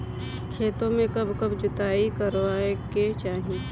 खेतो में कब कब जुताई करावे के चाहि?